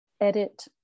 edit